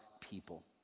people